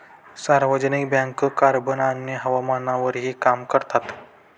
सार्वजनिक bank carbon आणि हवामानावरही काम करतात